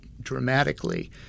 dramatically